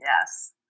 yes